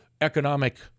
economic